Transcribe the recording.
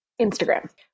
Instagram